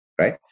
right